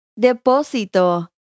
depósito